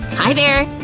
hi there!